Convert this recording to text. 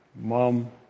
Mom